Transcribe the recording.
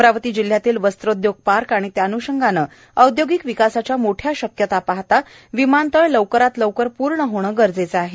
अमरावती जिल्ह्यातील वस्त्रोदयोग पार्क आणि त्यान्षंगाने औदयोगिक विकासाच्या मोठ्या शक्यता पाहता विमानतळ लवकरात लवकर पूर्ण होणे गरजेचे आहे